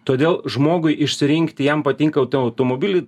todėl žmogui išsirinkti jam patinkantį automobilį